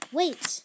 wait